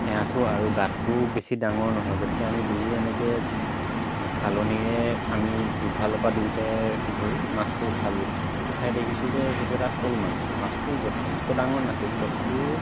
এআঠু আৰু গাঁতটোও বেছি ডাঙৰ নহয় গতিকে আমি দুয়ো এনেকে চালনীৰে আমি দুফালৰ পৰা দুইটাই ধৰি মাছটো উঠালো উঠাই দেখিছো যে সেইটো এটা শ'ল মাছ মাছটো যথেষ্ট ডাঙৰ নাছিল তথাপিও